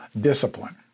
discipline